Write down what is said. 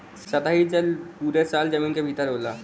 सतही जल पुरे साल जमीन क भितर होला